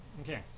Okay